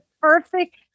perfect